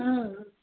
હમ